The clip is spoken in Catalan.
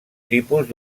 tipus